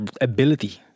ability